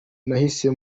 nahise